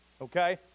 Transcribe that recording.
okay